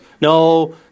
No